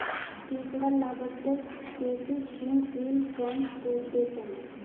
केकड़ा lobster crayfish shrimp krill prawns crustacean है